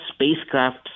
spacecrafts